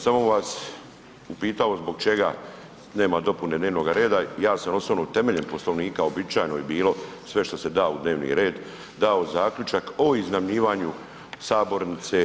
Samo bi vas upitao zbog čega nema dopune dnevnoga reda, ja sam osobno temeljem Poslovnika, uobičajeno je bilo, sve što se da u dnevni red, dao zaključak o iznajmljivanju sabornice…